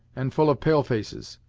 and full of pale-faces.